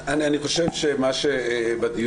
אני חושב שמה שבדיון,